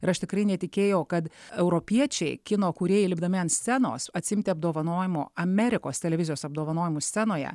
ir aš tikrai netikėjau kad europiečiai kino kūrėjai lipdami ant scenos atsiimti apdovanojimo amerikos televizijos apdovanojimų scenoje